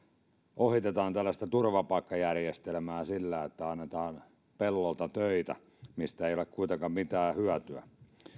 ohitetaan tällaista turvapaikkajärjestelmää sillä että annetaan pellolta töitä mistä ei ole kuitenkaan mitään hyötyä